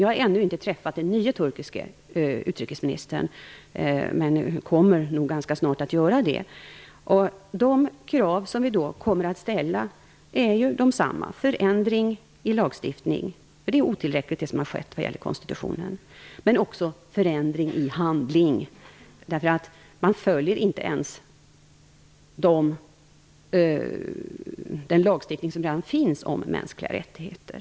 Jag har ännu inte träffat den nye turkiske utrikesministern men kommer nog ganska snart att göra det. De krav som vi då kommer att ställa är desamma. Det gäller en förändring i lagstiftningen, för det som har skett är otillräckligt vad gäller konstitutionen. Men det gäller också en förändring i handling, därför att man inte ens följer den lagstiftning som redan finns om mänskliga rättigheter.